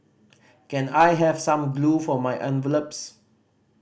can I have some glue for my envelopes